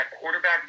quarterback